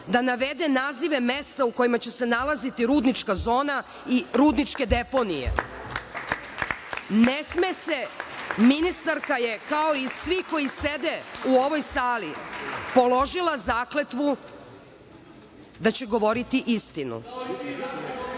da navede nazive mesta u kojima će se nalaziti rudnička zona i rudničke deponije. Ne sme se. Ministarka je, kao i svi koji sede u ovoj sali, položila zakletvu da će govoriti istinu. Ono